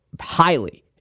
highly